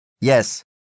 Yes